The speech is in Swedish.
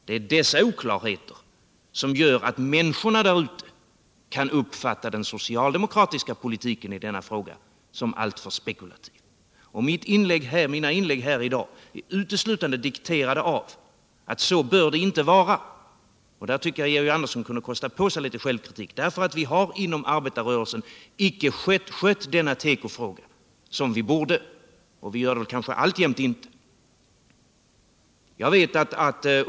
Det är dessa oklarheter som gör att människorna där ute kan uppfatta den socialdemokratiska politiken i denna fråga som alltför spekulativ. Mina inlägg här i dag är uteslutande dikterade av min uppfattning att det inte bör vara på detta sätt. Jag tycker att Georg Andersson kunde ha kostat på sig litet självkritik. Vi har inom arbetarrörelsen inte skött denna tekofråga som vi borde och gör det kanske alltjämt inte.